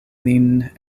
lin